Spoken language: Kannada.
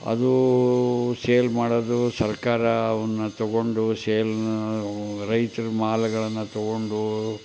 ಅದು ಸೇಲ್ ಮಾಡೋದು ಸರ್ಕಾರ ಅವನ್ನು ತಗೊಂಡು ಸೇಲ್ ರೈತರ ಮಾಲ್ಗಳನ್ನು ತಗೊಂಡು